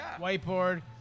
whiteboard